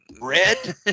red